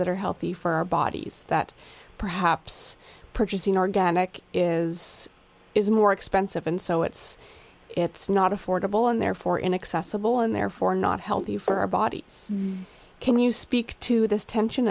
that are healthy for our bodies that perhaps purchasing organic is is more expensive and so it's it's not affordable and therefore inaccessible and therefore not healthy for our body can you speak to this tension